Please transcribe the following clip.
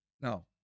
No